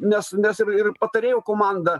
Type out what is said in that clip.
nes nes ir patarėjų komanda